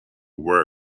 were